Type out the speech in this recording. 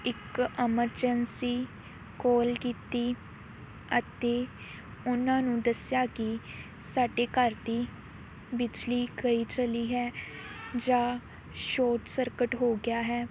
ਇੱਕ emergency call ਕੀਤੀ ਅਤੇ ਉਹਨਾਂ ਨੂੰ ਦੱਸਿਆ ਕਿ ਸਾਡੇ ਘਰ ਦੀ ਬਿਜਲੀ ਗਈ ਚਲੀ ਹੈ ਜਾਂ ਸ਼ੋਟ ਸਰਕਟ ਹੋ ਗਿਆ ਹੈ